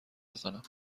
بزنم